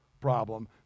problem